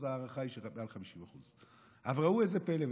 אז ההערכה היא שמעל 50%. אבל ראו זה פלא,